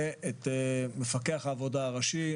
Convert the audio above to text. ומפקח העבודה הראשי,